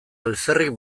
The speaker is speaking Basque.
alferrik